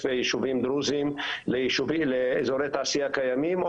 יישובים דרוזים לאזורי תעשייה קיימים,